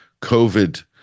COVID